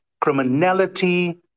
criminality